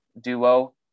duo